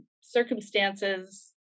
circumstances